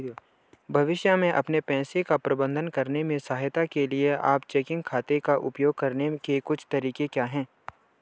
भविष्य में अपने पैसे का प्रबंधन करने में सहायता के लिए आप चेकिंग खाते का उपयोग करने के कुछ तरीके क्या हैं?